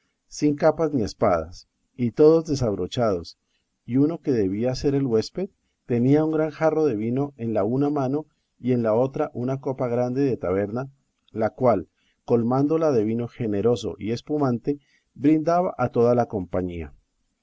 sin capas ni espadas y todos desabrochados y uno que debía de ser el huésped tenía un gran jarro de vino en la una mano y en la otra una copa grande de taberna la cual colmándola de vino generoso y espumante brindaba a toda la compañía